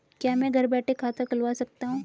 क्या मैं घर बैठे खाता खुलवा सकता हूँ?